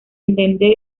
entender